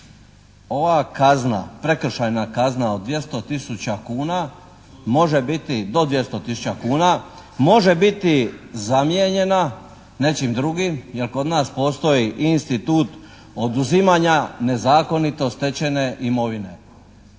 kuna može biti do 200 tisuća kuna, može biti zamijenjena nečim drugim jer kod nas postoji i institut oduzimanja nezakonito stečene imovine.